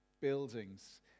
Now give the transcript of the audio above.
buildings